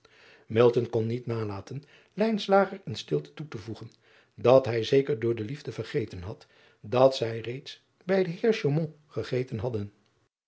kon niet nalaten in stilte toe te voegen dat hij zeker door de liefde vergeten had dat zij reeds bij den eer gegeten hadden